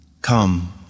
Come